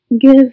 give